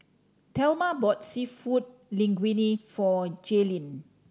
Thelma bought Seafood Linguine for Jaylynn